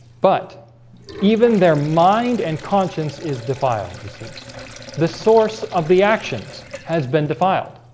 but even their mind and conscience is defiled you see the source of the actions has been defiled